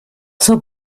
zur